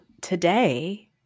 today